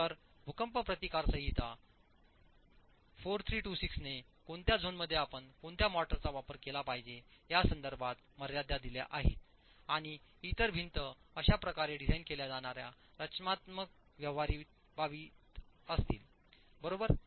तर भूकंप प्रतिकार संहिता 4326 ने कोणत्या झोनमध्ये आपण कोणत्या मोर्टारचा वापर केला पाहिजे या संदर्भात मर्यादा दिल्या आहेत आणि इतर भिंत अशा प्रकारे डिझाइन केल्या जाणार्या रचनात्मक व्यावहारिक बाबी असतील बरोबर